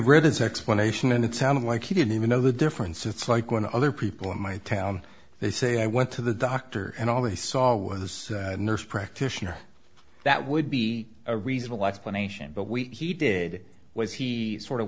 his explanation and it sounded like he didn't even know the difference it's like when other people in my town they say i went to the doctor and all they saw was the nurse practitioner that would be a reasonable explanation but we he did was he sort of